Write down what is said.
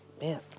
Man